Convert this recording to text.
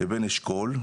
לבין אשכול,